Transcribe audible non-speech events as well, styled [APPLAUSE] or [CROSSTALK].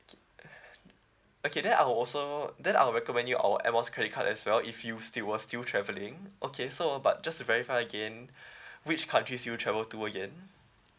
okay then I'll also then I'll recommend you our air miles credit card as well if you still was still travelling okay so but just to verify again [BREATH] which countries do you travel to again